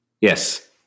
yes